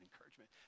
encouragement